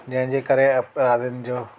जंहिंजे करे अपराधियुनि जो